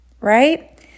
Right